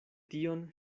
tion